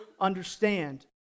understand